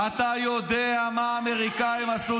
אתה יודע מה האמריקאים עשו.